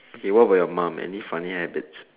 okay what with your mum any funny habits